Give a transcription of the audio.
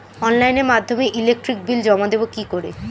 অনলাইনের মাধ্যমে electric bill জমা দেবো কি করে?